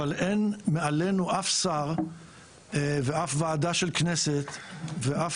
אבל אין מעלינו אף שר ואף ועדה של כנסת ואף